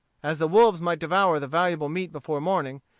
as the wolves might devour the valuable meat before morning,